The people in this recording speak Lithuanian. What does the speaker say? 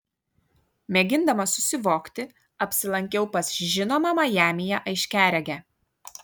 mėgindama susivokti apsilankiau pas žinomą majamyje aiškiaregę